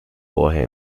vorher